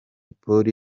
polly